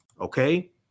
okay